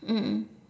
mm